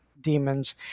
demons